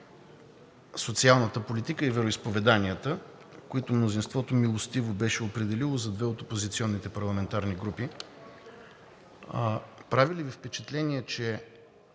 социалната политика и вероизповеданията, които мнозинството милостиво беше определило за две от опозиционните парламентарни групи. Прави ли Ви впечатление, че